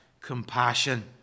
compassion